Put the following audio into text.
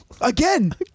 again